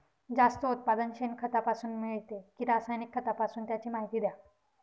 जास्त उत्पादन शेणखतापासून मिळते कि रासायनिक खतापासून? त्याची माहिती द्या